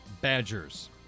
Badgers